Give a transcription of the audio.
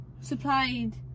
supplied